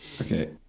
Okay